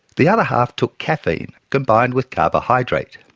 the other half took caffeine combined with carbohydrate.